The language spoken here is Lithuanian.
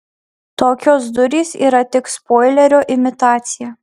tokios durys yra tik spoilerio imitacija